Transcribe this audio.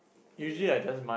you